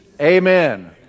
Amen